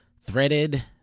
threaded